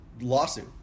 lawsuit